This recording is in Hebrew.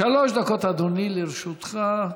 שלוש דקות, אדוני, לרשותך.